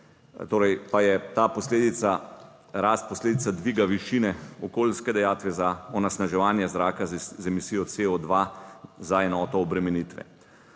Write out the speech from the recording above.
storitve pa je ta posledica rast, posledica dviga viši okoljske dajatve za onesnaževanje zraka z emisijo CO2 za enoto obremenitve.